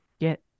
Get